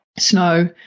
Snow